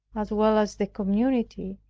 as well as the community,